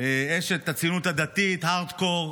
אשת הציונות הדתית הארד קור.